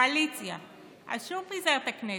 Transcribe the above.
קואליציה אז שוב פיזר את הכנסת,